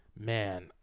man